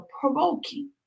provoking